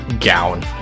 gown